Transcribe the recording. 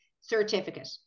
certificate